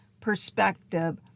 perspective